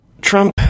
Trump